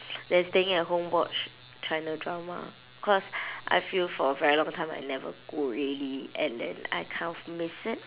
than staying at home watch china drama cause I feel for a very long time I never go really and then I kind of miss it